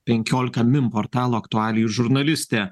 penkiolika min portalo aktualijų žurnalistė